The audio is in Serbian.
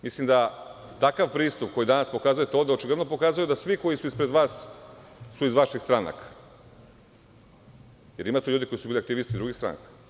Mislim da takav pristup koji danas pokazujete, ovde očigledno pokazuje da svi koji su ispred vas su iz vaših stranaka, jer ima tu ljudi koji su bili aktivisti, s druge strane, u prvom redu.